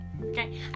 Okay